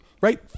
Right